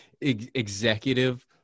executive